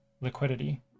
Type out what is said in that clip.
liquidity